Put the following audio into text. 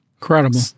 Incredible